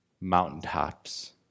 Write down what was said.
mountaintops